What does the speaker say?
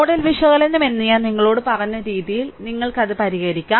nodal വിശകലനം എന്ന് ഞാൻ നിങ്ങളോട് പറഞ്ഞ രീതിയിൽ നിങ്ങൾക്ക് അത് പരിഹരിക്കാം